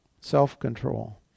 Self-control